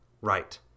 Right